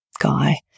guy